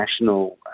national